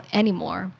anymore